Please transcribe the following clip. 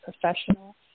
professional